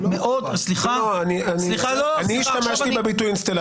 אני השתמשתי בביטוי אינסטלטור.